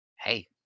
hey